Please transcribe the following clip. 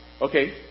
Okay